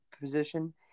position